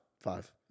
five